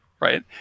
right